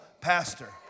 pastor